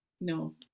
no